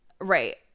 right